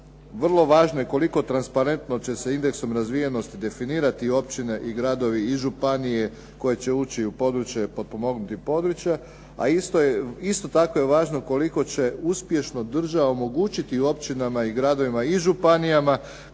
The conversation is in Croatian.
vrlo važno je koliko transparentno će se indeksom razvijenosti definirati općine i gradovi i županije koje će ući u područje potpomognutih područja, a isto tako je važno koliko će uspješno država omogućiti općinama i gradovima i županijama